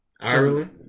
Ireland